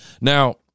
Now